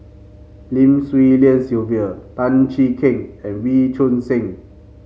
Lim Swee Lian Sylvia Tan Cheng Kee and Wee Choon Seng